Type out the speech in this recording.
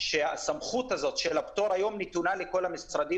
שהסמכות הזאת של הפטור היום נתונה לכל המשרדים